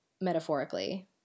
metaphorically